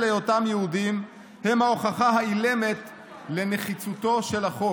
היותם יהודים הם ההוכחה האילמת לנחיצותו של החוק.